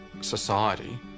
society